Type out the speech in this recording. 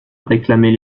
réclamer